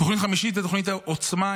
תוכנית חמישית היא תוכנית עוצמה,